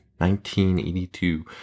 1982